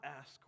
ask